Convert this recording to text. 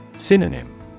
Synonym